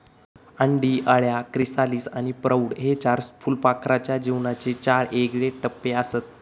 अंडी, अळ्या, क्रिसालिस आणि प्रौढ हे चार फुलपाखराच्या जीवनाचे चार येगळे टप्पेआसत